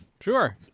Sure